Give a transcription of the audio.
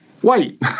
white